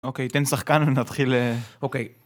אוקיי, תן שחקן ונתחיל אה... אוקיי.